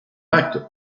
acte